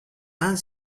han